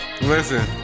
Listen